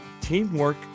teamwork